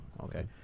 Okay